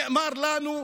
נאמר לנו,